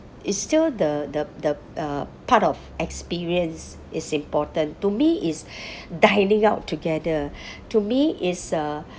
it's still the the the uh part of experience it's important to me is dining out together to me is uh uh